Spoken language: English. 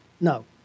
No